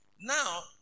Now